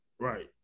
Right